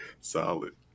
Solid